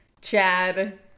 Chad